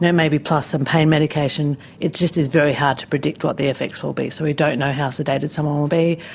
maybe plus some pain medication, it just is very hard to predict what the effects will be. so we don't know how sedated someone will be.